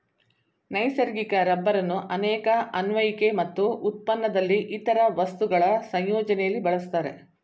ನೈಸರ್ಗಿಕ ರಬ್ಬರನ್ನು ಅನೇಕ ಅನ್ವಯಿಕೆ ಮತ್ತು ಉತ್ಪನ್ನದಲ್ಲಿ ಇತರ ವಸ್ತುಗಳ ಸಂಯೋಜನೆಲಿ ಬಳಸ್ತಾರೆ